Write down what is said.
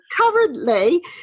Currently